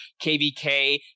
KVK